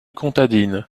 comtadine